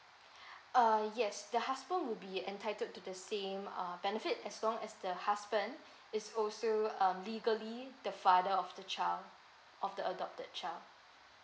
uh yes the husband would be entitled to the same uh benefit as long as the husband is also um legally the father of the child of the adopted child